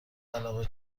علاقه